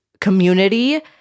community